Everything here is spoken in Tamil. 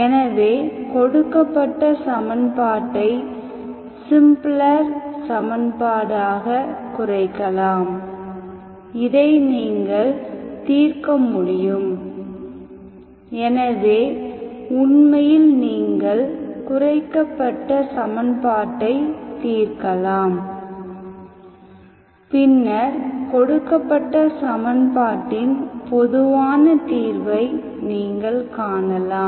எனவே கொடுக்கப்பட்ட சமன்பாட்டை சிம்பெளர் சமன்பாடாக குறைக்கலாம் இதை நீங்கள் தீர்க்க முடியும் எனவே உண்மையில் நீங்கள் குறைக்கப்பட்ட சமன்பாட்டைத் தீர்க்கலாம் பின்னர் கொடுக்கப்பட்ட சமன்பாட்டின் பொதுவான தீர்வை நீங்கள் காணலாம்